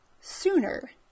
sooner